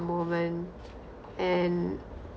moment and